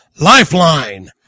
lifeline